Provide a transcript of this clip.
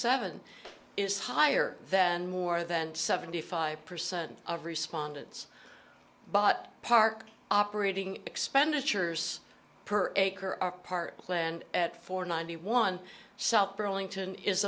seven is higher than more than seventy five percent of respondents but park operating expenditures per acre are part and at four ninety one south burlington is